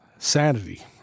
sanity